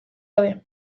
gabe